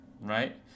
Right